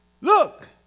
Look